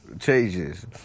changes